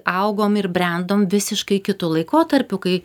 augom ir brendom visiškai kitu laikotarpiu kai